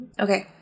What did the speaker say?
Okay